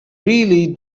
really